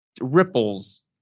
ripples